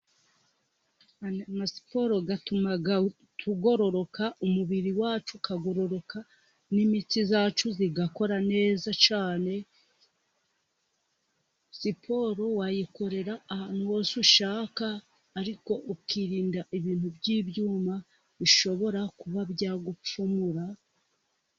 Amasiporo atuma tugororoka, umubiri wacu ukagororoka n'imitsi yacu igakora neza cyane. Siporo wayikorera ahantu hose ushaka, ariko ukirinda ibintu by'ibyuma bishobora kuba byagupfumura.